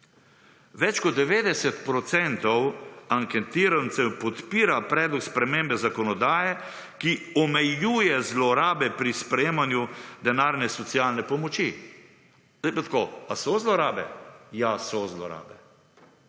Več kot 90 % anketirancev podpira predlog spremembe zakonodaje, ki omejuje zlorabe pri sprejemanju denarne socialne pomoči. Zdaj pa tako. Ali so zlorabe? Ja, so zlorabe.